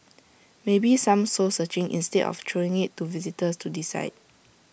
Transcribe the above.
maybe some soul searching instead of throwing IT to visitors to decide